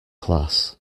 class